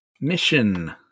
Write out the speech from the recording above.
Mission